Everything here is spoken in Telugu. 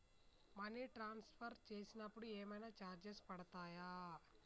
మనీ ట్రాన్స్ఫర్ చేసినప్పుడు ఏమైనా చార్జెస్ పడతయా?